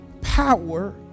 power